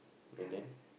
and then